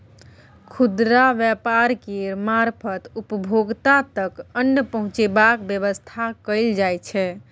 खुदरा व्यापार केर मारफत उपभोक्ता तक अन्न पहुंचेबाक बेबस्था कएल जाइ छै